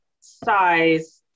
size